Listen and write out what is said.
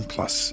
Plus